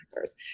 answers